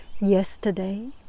Yesterday